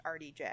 RDJ